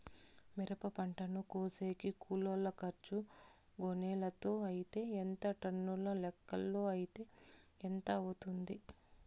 మిరప పంటను కోసేకి కూలోల్ల ఖర్చు గోనెలతో అయితే ఎంత టన్నుల లెక్కలో అయితే ఎంత అవుతుంది?